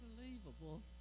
unbelievable